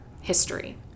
history